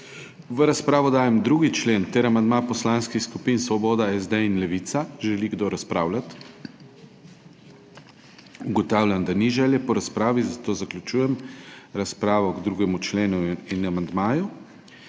V razpravo dajem 2. člen ter amandma poslanskih skupin Svoboda, SD in Levica. Želi kdo razpravljati? Ugotavljam, da ni želje po razpravi, zato zaključujem razpravo k 2. členu in amandmaju.